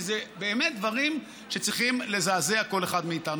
כי אלה באמת דברים שצריכים לזעזע כל אחת מאיתנו.